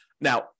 now